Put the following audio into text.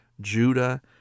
Judah